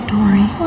Dory